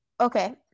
okay